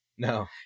No